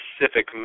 specific